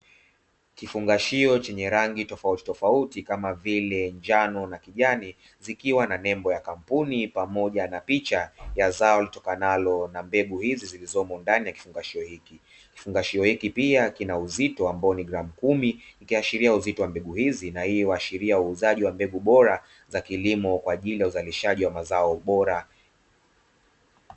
Kifungashio chenye rangi tofauti tofauti kama vile njano na kijani zikiwa na nembo ya kampuni pamoja na picha ya zao litokanalo na mbegu hizi zilizomo ndani ya kifungo hiki. Kifungo hiki pia kina uzito ambao ni gramu 10 ikiashiria uzito wa mbegu hizi na hii uhashiria uuzaji wa mbegu bora za kilimo kwa ajili ya uzalishaji wa mazao bora.